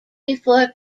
before